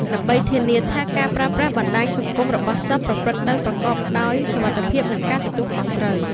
ដើម្បីធានាថាការប្រើប្រាស់បណ្ដាញសង្គមរបស់សិស្សប្រព្រឹត្តទៅប្រកបដោយសុវត្ថិភាព និងការទទួលខុសត្រូវ។